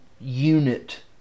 unit